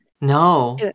No